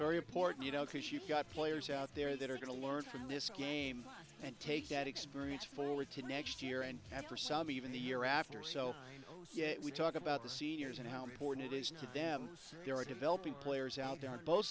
very important you know because you've got players out there that are going to learn from this game and take that experience forward to next year and after some even the year after so we talk about the seniors and how important it is to them there are developing players out there on both